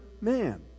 man